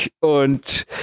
und